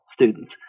students